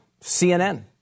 CNN